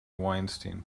weinstein